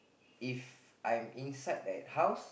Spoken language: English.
if I'm inside that house